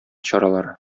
чаралары